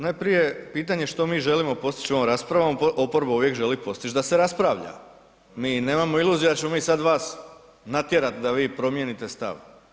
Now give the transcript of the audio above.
Najprije pitanje što mi želimo postići ovom raspravom, oporba uvijek želi postići da se rasprava. mi nemamo iluzija da ćemo sad vas natjerati da vi promijenite stav.